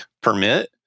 permit